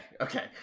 okay